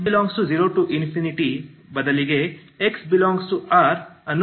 x∈0 ∞ ಬದಲಿಗೆ x∈R ಅನ್ನು ಬಿಡಿ